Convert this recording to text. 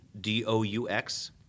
d-o-u-x